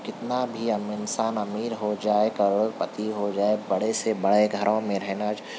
کتنا بھی ہم انسان امیر ہو جائے کروڑپتی ہو جائے بڑے سے بڑے گھروں میں رہنا